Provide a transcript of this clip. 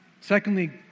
Secondly